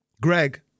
Greg